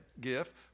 gift